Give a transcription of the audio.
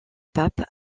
pape